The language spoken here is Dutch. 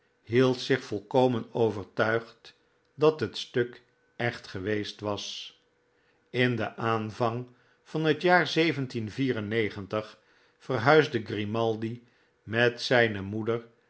hield zich volkomen overtuigd dat het stuk echtgeweest was in den aanvang van het jaar verhuisde grimaldi met zijne moeder